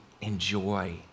enjoy